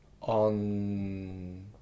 on